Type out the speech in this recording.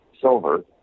silver